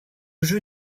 jeu